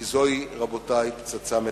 כי זוהי פצצה מתקתקת,